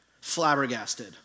flabbergasted